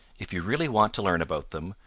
if you really want to learn about them,